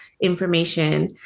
information